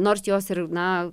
nors jos ir na